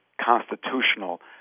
constitutional